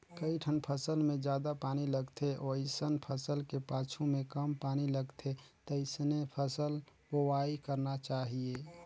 कइठन फसल मे जादा पानी लगथे वइसन फसल के पाछू में कम पानी लगथे तइसने फसल बोवाई करना चाहीये